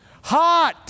Hot